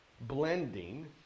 blending